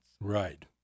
Right